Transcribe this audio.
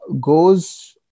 goes